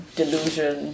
delusion